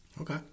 Okay